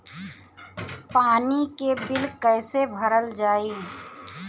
पानी के बिल कैसे भरल जाइ?